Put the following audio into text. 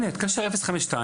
הנה, תתקשר, תראה.